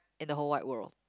in the whole wide world